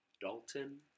Dalton